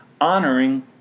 honoring